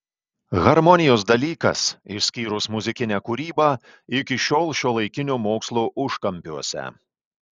harmonijos dalykas išskyrus muzikinę kūrybą iki šiol šiuolaikinio mokslo užkampiuose